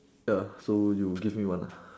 ya so you give me one lah